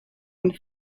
und